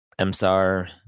msar